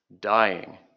dying